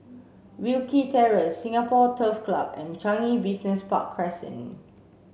Wilkie Terrace Singapore Turf Club and Changi Business Park Crescent